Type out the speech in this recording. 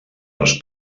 els